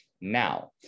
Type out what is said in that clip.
now